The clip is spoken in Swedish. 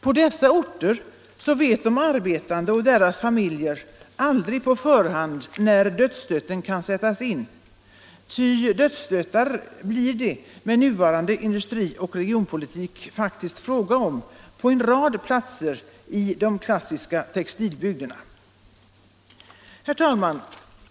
På dessa orter vet de arbetande och deras familjer aldrig på förhand när dödsstöten kan sättas in, ty dödsstötar blir det faktiskt fråga om med nuvarande industrioch regionpolitik på en rad platser i de klassiska textilbygderna. Herr talman!